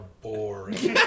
boring